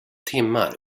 timmar